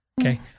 okay